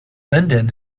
linden